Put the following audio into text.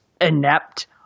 inept